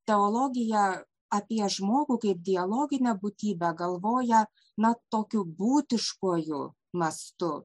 teologija apie žmogų kaip dialoginę būtybę galvoja na tokiu būtiškuoju mastu